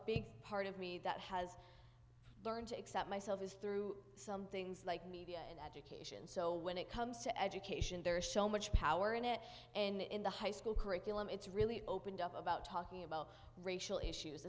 big part of me that has learned to accept myself is through some things like mediation so when it comes to education there is so much power in it and in the high school curriculum it's really opened up about talking about racial issues